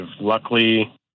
luckily